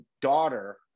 daughter